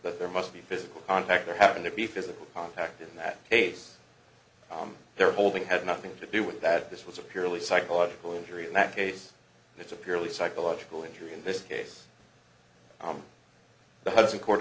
there must be physical contact there having to be physical contact in that case they're holding has nothing to do with that this was a purely psychological injury in that case it's a purely psychological injury in this case the hudson co